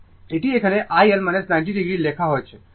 এটি এখানে iL 90 o লেখা হয়েছে